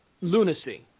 lunacy